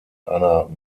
einer